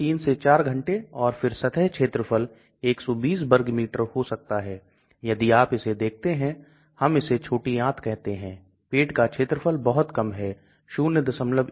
इसलिए मेरी प्रयोगशाला में यह अच्छी तरह से काम कर सकता है लेकिन जब यह खराब घुलनशीलता के कारण GI से गुजरता है गतिविधि बहुत कम दिख सकती है